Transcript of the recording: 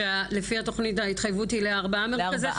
לפי התוכנית, ההתחייבות היא לארבעה מרכזי שירות?